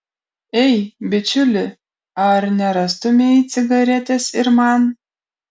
ei bičiuli ar nerastumei cigaretės ir man